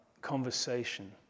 conversation